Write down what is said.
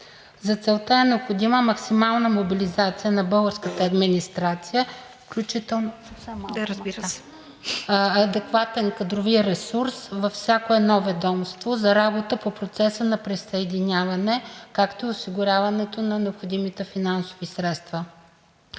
За целта е необходима максимална мобилизация на българската администрация, включително адекватен кадрови ресурс във всяко едно ведомство за работа по процеса на присъединяване, както и осигуряването на необходимите финансови средства.